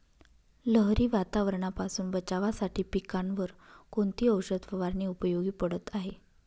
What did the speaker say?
लहरी वातावरणापासून बचावासाठी पिकांवर कोणती औषध फवारणी उपयोगी पडत आहे?